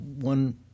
one